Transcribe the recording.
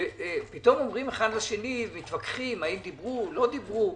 ופתאום מתווכחים, האם דיברו, לא דיברו.